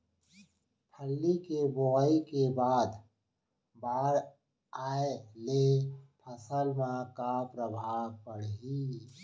फल्ली के बोआई के बाद बाढ़ आये ले फसल मा का प्रभाव पड़ही?